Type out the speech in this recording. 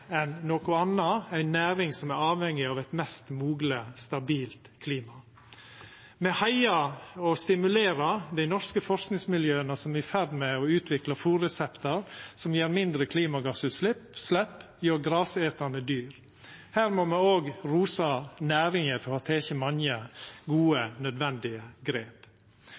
enn noko anna ei næring som er avhengig av eit mest mogleg stabilt klima. Me heiar på og stimulerer dei norske forskingsmiljøa som er i ferd med å utvikla fôrreseptar som gjev mindre klimagassutslepp hjå grasetande dyr. Her må me òg rosa næringa for å ha teke mange gode, nødvendige grep.